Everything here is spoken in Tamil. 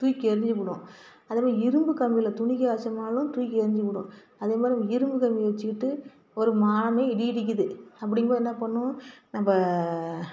தூக்கி எறிஞ்சிப்புடும் அதே மாதிரி இரும்பு கம்பியில் துணி காய வைச்சோம்னாலும் தூக்கி எறிஞ்சிப்புடும் அதே மாதிரி இரும்பு கம்பி வச்சிக்கிட்டு ஒரு வானமே இடி இடிக்கிறது அப்படிங்போது என்ன பண்ணணும் நம்ம